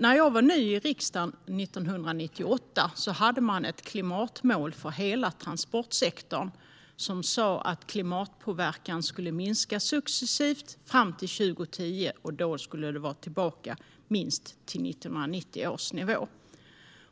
När jag var ny i riksdagen, 1998, hade man ett klimatmål för hela transportsektorn som sa att klimatpåverkan skulle minska successivt fram till 2010. Då skulle det vara tillbaka på minst 1990 års nivå.